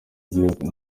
igihugu